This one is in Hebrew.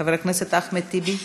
חבר הכנסת אחמד טיבי,